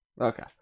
Okay